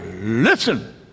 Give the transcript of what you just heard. listen